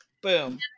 Boom